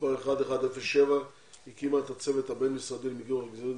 מספר 1107 הקימה את הצוות הבין-משרדי בראשות